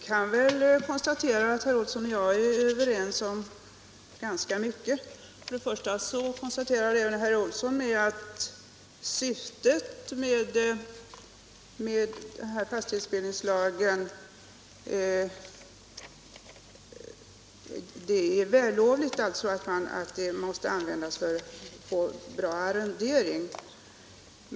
Herr talman! Jag kan konstatera att herr Olsson i Sundsvall och jag är överens om ganska mycket. Även herr Olsson konstaterar att syftet med fastighetsbildningslagen är vällovligt, alltså att reglering av fastigheter kan behöva göras för att få en bra arrondering.